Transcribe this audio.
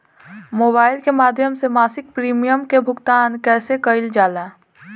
Mobile के माध्यम से मासिक प्रीमियम के भुगतान कैसे कइल जाला?